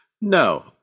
No